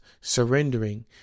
surrendering